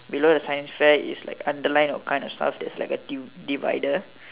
below the science fair is like under kind of stuff there's like a divider